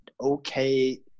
okay